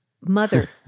mother